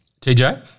TJ